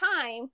time